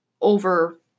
over